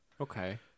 Okay